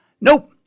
nope